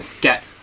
get